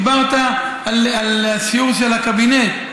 דיברת על הסיור של הקבינט,